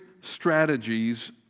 strategies